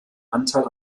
anteil